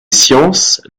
sciences